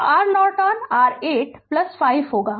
तो R Norton r 85 होगा